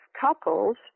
couples